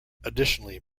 additionally